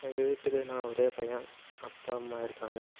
எங்கள் வீட்டுக்கு நான் ஒரே பையன் அப்பா அம்மா இருக்காங்க